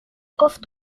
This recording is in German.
oft